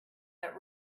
that